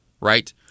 Right